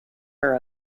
her